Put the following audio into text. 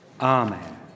Amen